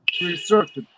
research